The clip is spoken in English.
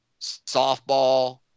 softball